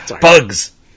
Bugs